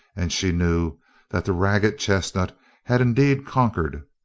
and she knew that the ragged chestnut had indeed conquered.